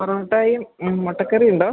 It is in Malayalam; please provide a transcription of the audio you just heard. പൊറോട്ടായും മുട്ടക്കറിയും ഉണ്ടോ